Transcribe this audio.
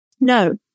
No